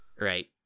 Right